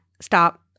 stop